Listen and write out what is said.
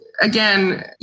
again